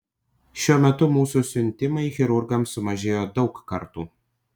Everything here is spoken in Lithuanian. šiuo metu mūsų siuntimai chirurgams sumažėjo daug kartų